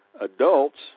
Adults